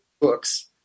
books